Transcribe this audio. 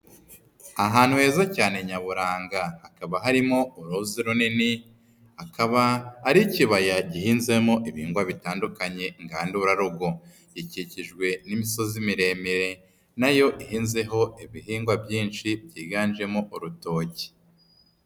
Ahantu heza cyane nyaburanga. Hakaba harimo uruzi runini, akaba ari ikibaya gihinzemo ibihingwa bitandukanye ngandurarugo. Ikikijwe n'imisozi miremire na yo ihinzeho ibihingwa byinshi byiganjemo urutoki.